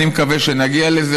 אני מקווה שנגיע לזה,